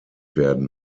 werden